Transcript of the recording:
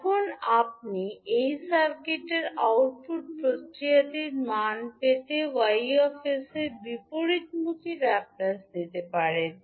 এখন আপনি এই সার্কিটের আউটপুট প্রতিক্রিয়াটির মান পেতে Y 𝑠 এর বিপরীতমুখী লেপলেস রূপান্তর নিতে পারেন